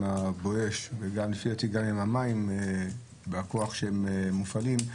ה"בואש" ולפי דעתי גם עם המים והכוח שהם מופעלים,